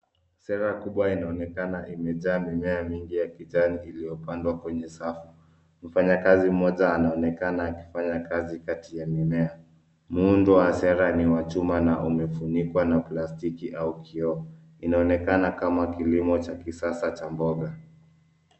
Sera kubwa inaonekana imejaa mimea mingi ya kijani iliyopandwa kwenye safu. Mfanyikazi mmoja anaonekana kazi kati ya mimea. Muundo wa sera ni wa chuma na umefunikwa na plastiki au kioo. Inaonekana kama kilimo cha kisasa cha mboga.